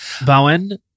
Bowen